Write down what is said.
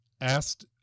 asked